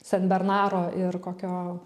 senbernaro ir kokio